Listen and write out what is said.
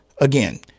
again